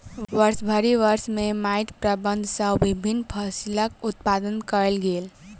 वर्षभरि वर्ष में माइट प्रबंधन सॅ विभिन्न फसिलक उत्पादन कयल गेल